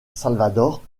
salvador